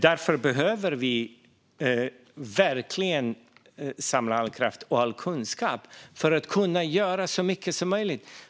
Därför behöver vi verkligen samla all kraft och all kunskap för att kunna göra så mycket som möjligt.